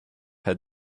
had